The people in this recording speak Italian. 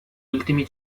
ultimi